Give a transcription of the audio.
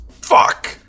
Fuck